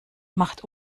macht